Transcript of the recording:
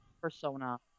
persona